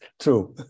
true